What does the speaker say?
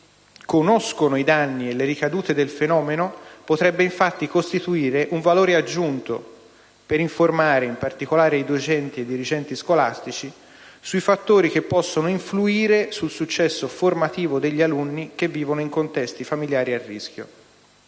conoscono i danni e le ricadute del fenomeno potrebbe infatti costituire un valore aggiunto per informare, in particolare i docenti e i dirigenti scolastici, sui fattori che possono influire sul successo formativo degli alunni che vivono in contesti familiari a rischio.